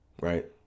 right